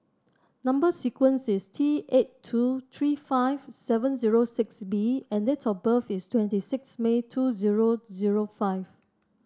number sequence is T eight two three five seven zero six B and date of birth is twenty six May two zero zero five